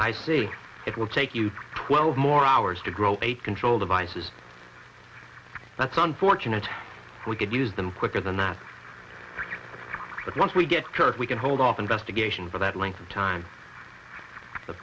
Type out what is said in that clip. i see it will take you twelve more hours to grow a control devices that's unfortunate we could use them quicker than that but once we get cards we can hold off investigation for that length of time the